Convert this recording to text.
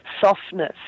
softness